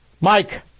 Mike